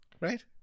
right